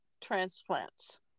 transplants